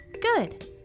Good